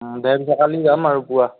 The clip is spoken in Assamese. দে পিছে কালি যাম আৰু পুৱা